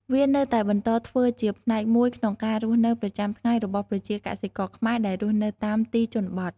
វានៅតែបន្តធ្វើជាផ្នែកមួយក្នុងការរស់នៅប្រចាំថ្ងៃរបស់ប្រជាកសិករខ្មែរដែលរស់នៅតាមទីជនបទ។